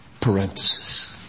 Parenthesis